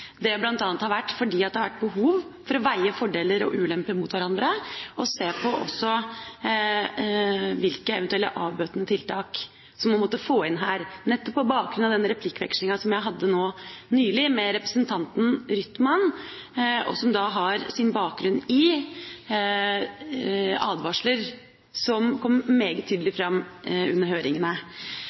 det bl.a. har vært fordi det har vært behov for å veie fordeler og ulemper opp mot hverandre og for å se på hvilke eventuelle avbøtende tiltak som man måtte få inn her – nettopp på bakgrunn av den replikkvekslinga som jeg hadde nå nylig med representanten Rytman, og som har sin bakgrunn i advarsler som kom meget tydelig fram under høringene.